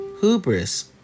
hubris